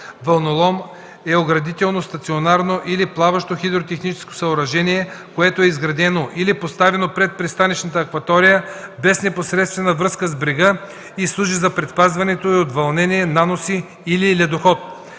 „Вълнолом” е оградително стационарно или плаващо хидротехническо съоръжение, което е изградено или поставено пред пристанищната акватория без непосредствена връзка с брега и служи за предпазването й от вълнение, наноси или ледоход.